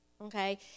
okay